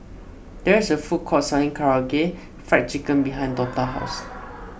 there is a food court selling Karaage Fried Chicken behind Dortha's house